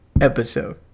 episode